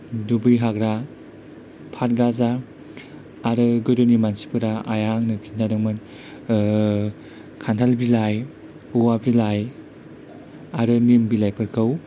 दुब्रि हाग्रा फाथगाजा आरो गोदोनि मानसिफोरा आइया आंनो खिन्थादोंमोन खान्थाल बिलाइ औवा बिलाइ आरो निम बिलाइफोरखौ